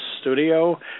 studio